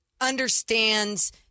understands